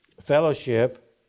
fellowship